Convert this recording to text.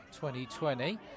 2020